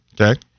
Okay